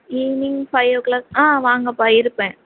evening five o'clock ஆ வாங்கப்பா இருப்பேன்